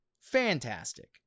Fantastic